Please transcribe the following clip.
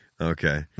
Okay